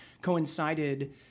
coincided